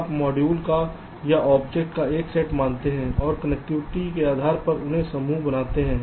आप मॉड्यूल या ऑब्जेक्ट का एक सेट मानते हैं और कनेक्टिविटी के आधार पर उन्हें समूह बनाते हैं